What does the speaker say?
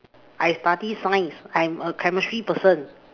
I study science I'm a Chemistry person